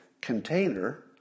container